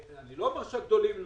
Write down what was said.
זה לא אומר שהגדולים לא.